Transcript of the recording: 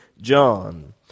John